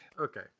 Okay